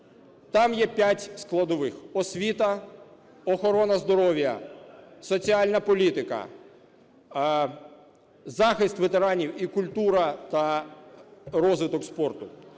Там є п'ять складових: освіта, охорона здоров'я, соціальна політика, захист ветеранів і культура та розвиток спорту.